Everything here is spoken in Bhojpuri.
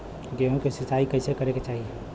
गेहूँ के सिंचाई कइसे करे के चाही?